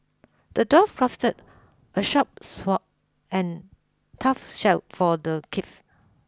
the dwarf crafted a sharp sword and toughshield for the knights